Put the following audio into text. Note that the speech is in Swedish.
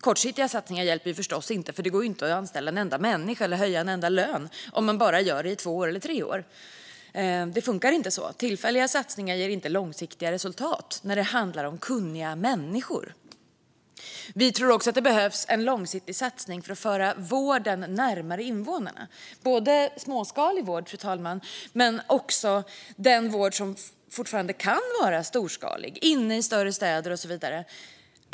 Kortsiktiga satsningar hjälper förstås inte eftersom det inte går att anställa en enda människa eller höja en enda lön om man bara gör det i två eller tre år. Det funkar inte så. Tillfälliga satsningar ger inte långsiktiga resultat när det handlar om kunniga människor. Vi tror också att det behövs en långsiktig satsning för att föra vården närmare invånarna, både småskalig vård och den vård som fortfarande kan vara storskalig i större städer, och så vidare.